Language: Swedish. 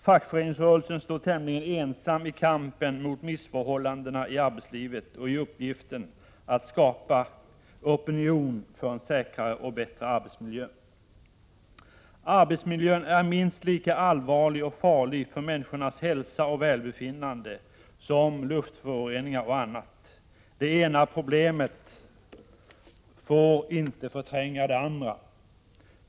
Fackföreningsrörelsen står tämligen ensam i kampen mot missförhållandena i arbetslivet och i uppgiften att skapa opinion för en säkrare och bättre arbetsmiljö. Arbetsmiljön är minst lika allvarlig och farlig för människornas hälsa och välbefinnande som luftföroreningar och annat. Det ena problemet får inte förtränga det andra.